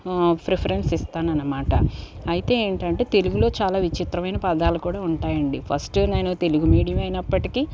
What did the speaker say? preference ఇస్తాననమాట అయితే ఏంటంటే తెలుగులో చాలా విచిత్రమైన పదాలు కూడా ఉంటాయండి ఫస్ట్ నేను తెలుగు మీడియమే అయినప్పటికీ